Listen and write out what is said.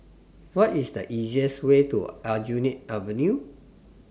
What IS The easiest Way to Aljunied Avenue